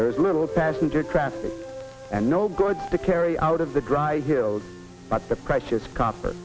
there is little passenger traffic and no goods to carry out of the dry hills but the precious co